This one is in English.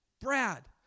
Brad